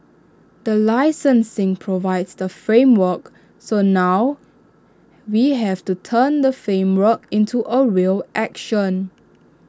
the licensing provides the framework so now we have to turn the framework into A real action